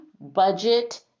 budget